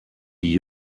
die